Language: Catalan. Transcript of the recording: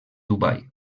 dubai